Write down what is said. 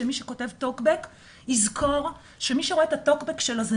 שמי שכותב טוקבק יזכור שמי שרואה את הטוקבק שלו זו